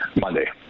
Monday